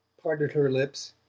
parted her lips,